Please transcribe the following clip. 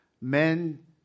men